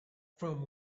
from